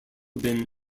been